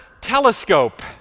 telescope